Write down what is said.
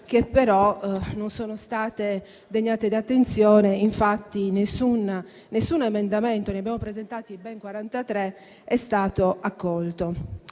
che però non sono state degnate di attenzione. Infatti, nessun emendamento dei 43 che abbiamo presentato è stato accolto: